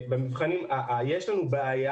יש לנו בעיה,